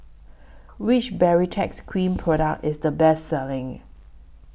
Which Baritex Cream Product IS The Best Selling